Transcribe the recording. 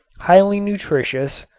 highly nutritious,